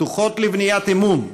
פתוחות לבניית אמון,